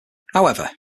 however